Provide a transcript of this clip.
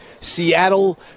Seattle